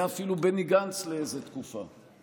היה אפילו בני גנץ לאיזו תקופה,